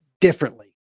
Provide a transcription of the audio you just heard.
differently